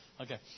Okay